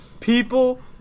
People